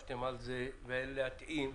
והתאמה,